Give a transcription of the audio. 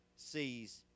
sees